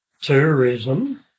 tourism